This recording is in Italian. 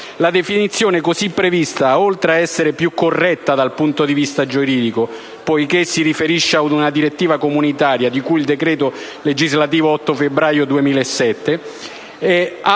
La definizione così prevista, oltre ad essere più corretta dal punto di vista giuridico poiché si riferisce ad una direttiva comunitaria di cui il decreto legislativo 8 febbraio 2007, n.